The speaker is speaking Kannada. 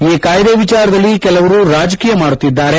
ಈ ಕಾಯ್ದೆ ವಿಚಾರದಲ್ಲಿ ಕೆಲವರು ರಾಜಕೀಯ ಮಾಡುತ್ತಿದ್ದಾರೆ